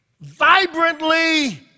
vibrantly